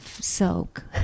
soak